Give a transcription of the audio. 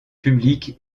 public